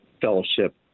fellowship